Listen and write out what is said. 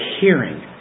hearing